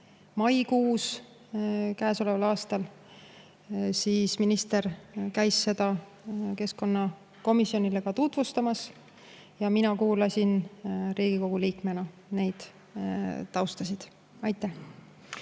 maikuus käesoleval aastal –, käis minister seda keskkonnakomisjonile tutvustamas ja mina kuulasin Riigikogu liikmena selle tausta. Aitäh!